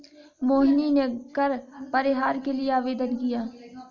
मोहिनी ने कर परिहार के लिए आवेदन किया